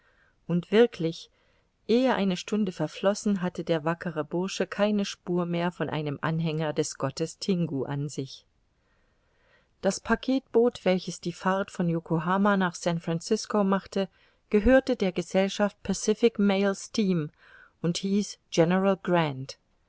und wirklich ehe eine stunde verflossen hatte der wackere bursche keine spur mehr von einem anhänger des gottes tingu an sich das packetboot welches die fahrt von yokohama nach san francisco machte gehörte der gesellschaft pacific mail steam und hieß